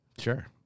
Sure